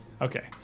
Okay